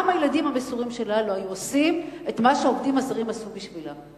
גם הילדים המסורים שלה לא היו עושים את מה שהעובדים הזרים עשו בשבילה.